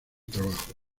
trabajo